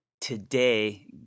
Today